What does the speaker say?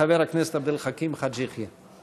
חבר הכנסת עבד אל חכים חאג' יחיא.